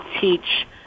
teach